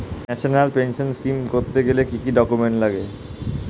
National pension scheme করতে গেলে কি কি ডকুমেন্ট লাগে?